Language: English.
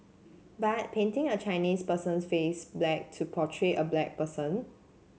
but painting a Chinese person's face black to portray a black person